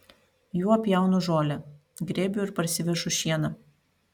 juo pjaunu žolę grėbiu ir parsivežu šieną